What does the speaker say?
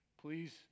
Please